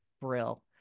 Brill